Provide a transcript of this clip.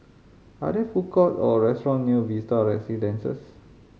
are there food court or restaurant near Vista Residences